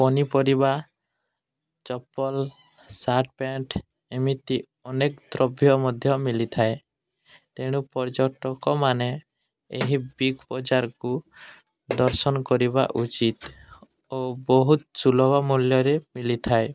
ପନିପରିବା ଚପଲ shirt pant ଏମିତି ଅନେକ ଦ୍ରବ୍ୟ ମଧ୍ୟ ମିଲିଥାଏ ତେଣୁ ପର୍ଯ୍ୟଟକମାନେ ଏହି ବିଗ୍ ବଜାରକୁ ଦର୍ଶନ କରିବା ଉଚିତ ଓ ବହୁତ ସୁଲଭ ମୂଲ୍ୟରେ ମିଲିଥାଏ